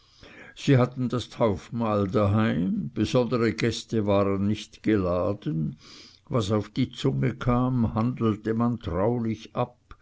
sie hatten das taufemahl daheim besondere gäste waren nicht geladen was auf die zunge kam handelte man traulich ab